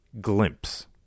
glimpse